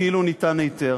כאילו ניתן היתר.